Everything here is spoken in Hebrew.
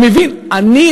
אני מבין,